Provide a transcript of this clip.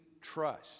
trust